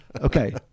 Okay